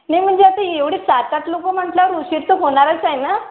नाही म्हणजे आता एवढे सात आठ लोकं म्हटल्यावर उशीर तर होणारच आहे ना